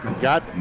Got